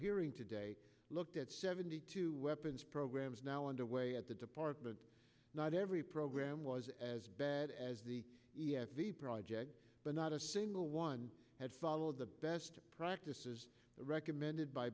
hearing today looked at seventy two weapons programs now under way at the department not every program was as bad as the e f the project but not a single one had followed the best practices recommended by